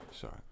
Sorry